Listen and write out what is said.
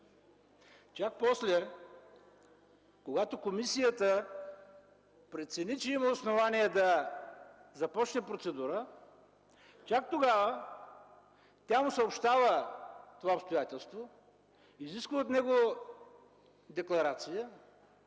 Чак после, когато комисията прецени, че има основание да започне процедура, чак тогава тя му съобщава това обстоятелство, изисква от него декларация,